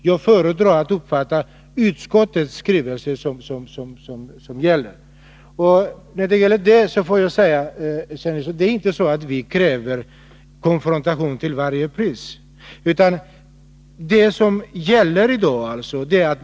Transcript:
Jag föredrar att uppfatta det så att han håller sig till utskottets skrivning. Jag vill till Kjell Nilsson säga att vi inte kräver konfrontation till varje pris.